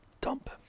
dump